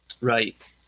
Right